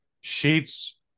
sheets